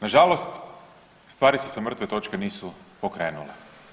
Nažalost, stvari se sa mrtve točke nisu pokrenule.